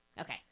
Okay